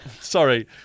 Sorry